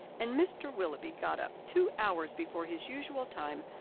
and mr. willoughby got up two hours before his usual time,